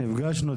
נפגשנו,